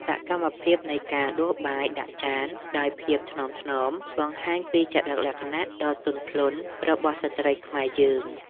សកម្មភាពនៃការដួសបាយដាក់ចានដោយភាពថ្នមៗបង្ហាញពីចរិតលក្ខណៈដ៏ទន់ភ្លន់របស់ស្ត្រីខ្មែរយើង។